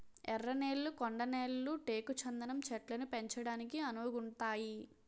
ఎర్ర నేళ్లు కొండ నేళ్లు టేకు చందనం చెట్లను పెంచడానికి అనువుగుంతాయి